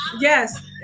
yes